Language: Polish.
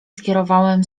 skierowałem